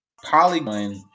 Polygon